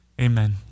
amen